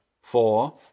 Four